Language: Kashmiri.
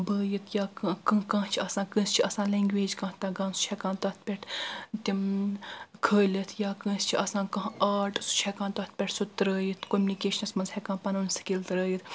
بٲیتھ یا کانٛہہ کانٛہہ چھِ آسان کٲنٛسہِ چھ آسان لنگویج کانٛہہ تگان سُہ چھِ ہیٚکان تتھ پٮ۪ٹھ تم کھٲلتھ یا کٲنٛسہ چھِ آسان کانٛہہ آرٹ سُہ چھ ہیٚکان تتھ پٮ۪ٹھ سُہ تراوتِھ کوٚمنکشنس منٚز ہیٚکان پنُن سکل تراوتھ